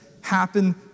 happen